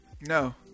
No